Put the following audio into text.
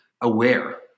aware